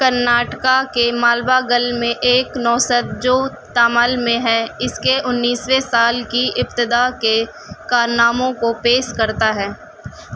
کرناٹک کے ملباگل میں ایک نوست جو تامل میں ہے اس کے انیسویں سال کی ابتدا کے کارناموں کو پیش کرتا ہے